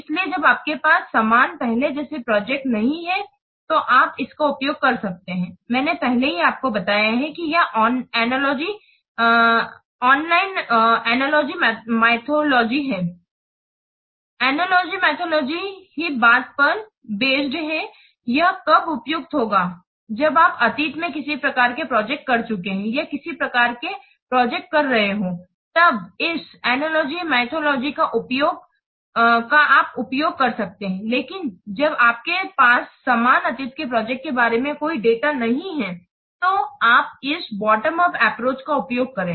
इसलिए जब आपके पास समान पहले जैसा प्रोजेक्ट नहीं हैं तो आप इसका उपयोग कर सकते हैं मैंने पहले ही आपको बताया है कि यह अनलॉय माइथोलॉजी है अनलॉय माइथोलॉजी ही बात पर बेस्ड है यह कब उपयुक्त होगा जब आप अतीत में इसी प्रकार के प्रोजेक्ट कर चुके है या इसी प्रकार के प्रोजेक्ट कर रहे हों तब इस अनलॉय माइथोलॉजी का आप उपयोग कर सकते हैं लेकिन जब आपके पास समान अतीत के प्रोजेक्ट के बारे में कोई डेटा नहीं होता है तो आप इस बॉटम उप एप्रोच का उपयोग करें